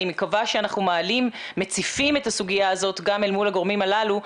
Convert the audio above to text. אני מקווה שאנחנו מציפים את הסוגיה הזאת גם אל מול הגורמים הללו.